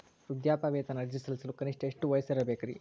ವೃದ್ಧಾಪ್ಯವೇತನ ಅರ್ಜಿ ಸಲ್ಲಿಸಲು ಕನಿಷ್ಟ ಎಷ್ಟು ವಯಸ್ಸಿರಬೇಕ್ರಿ?